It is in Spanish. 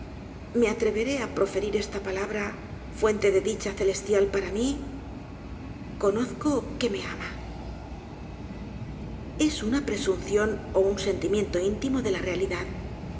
me atreveré á proferir esta palabra fuente de dicha celestial para mí conozco que me ama es una presunción ó un sentimiento íntimo de la realidad